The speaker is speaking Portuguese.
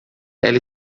ela